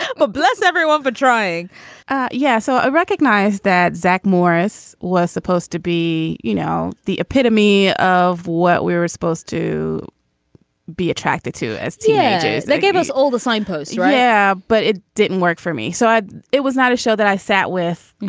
um but bless everyone for trying yeah. so i ah recognized that zack morris was supposed to be, you know, the epitome of what we were supposed to be attracted to as teenagers. they gave us all the sign posts, rehab, yeah but it didn't work for me. so i it was not a show that i sat with,